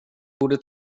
borde